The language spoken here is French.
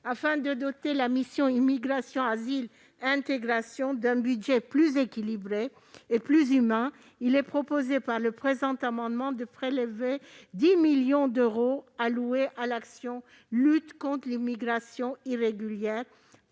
Afin de doter la mission « Immigration, asile et intégration » d'un budget plus équilibré et plus humain, il est proposé, par le présent amendement, de prélever 10 millions d'euros alloués à l'action n° 03, Lutte contre l'immigration irrégulière,